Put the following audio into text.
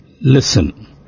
listen